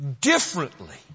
differently